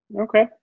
Okay